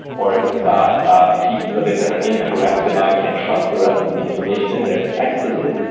or if it's got ah pieces of it that are incorrect so now and i can't trust the rest of the information in there, i just delete it.